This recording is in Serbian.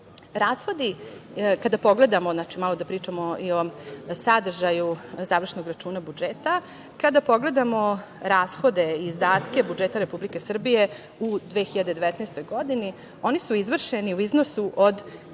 kada pogledamo, znači malo da pričamo i o tom sadržaju završnog računa budžeta, kada pogledamo rashode i izdatke budžeta Republike Srbije u 2019. godini, oni su izvršeni u iznosu od